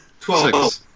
Twelve